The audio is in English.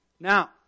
Now